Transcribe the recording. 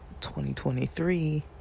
2023